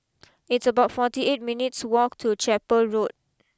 it's about forty eight minutes walk to Chapel Road